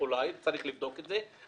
צריך לבדוק את זה,